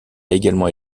également